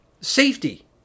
safety